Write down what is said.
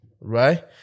Right